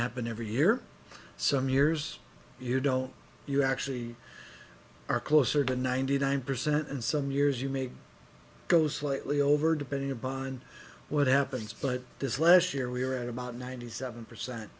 happen every year some years you don't you actually are closer to ninety nine percent and some years you may go slightly over depending upon what happens but this last year we were at about ninety seven percent